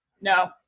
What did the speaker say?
no